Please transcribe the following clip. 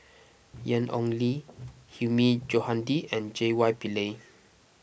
Ian Ong Li Hilmi Johandi and J Y Pillay